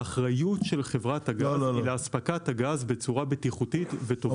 האחריות של חברת הגז לאספקת הגז בצורה בטיחותית -- לא,